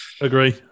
Agree